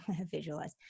visualize